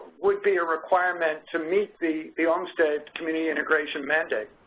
would be a requirement to meet the the olmstead community integration mandate.